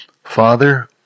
Father